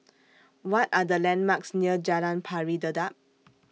What Are The landmarks near Jalan Pari Dedap